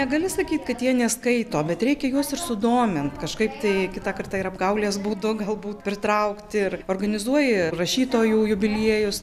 negali sakyt kad jie neskaito bet reikia juos ir sudomint kažkaip tai kitą kartą ir apgaulės būdu galbūt pritraukt ir organizuoji rašytojų jubiliejus